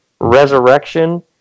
resurrection